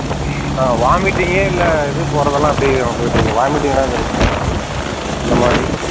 ஆ வாமிட்டிங்கே இல்லை இது போகிறதெல்லாம் அப்படி போயிட்ருங்க வாமிட்டிங்னா எதுனா இருக்குங்களா இந்த மாதிரி